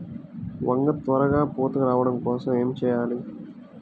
వంగ త్వరగా పూత రావడం కోసం ఏమి చెయ్యాలి?